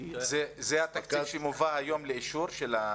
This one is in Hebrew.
זה התקציב שמובא היום לאישור?